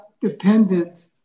dependent